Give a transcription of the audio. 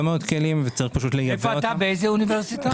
מאוד כלים וצריך לייבא אותם --- מאיזו אוניברסיטה אתה?